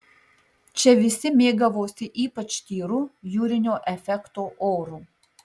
čia visi mėgavosi ypač tyru jūrinio efekto oru